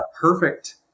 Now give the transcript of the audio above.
perfect